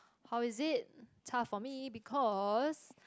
how is it tough for me because